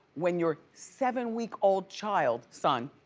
when your seven-week-old child, son,